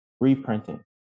reprinting